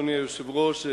אדוני היושב-ראש,